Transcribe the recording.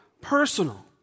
personal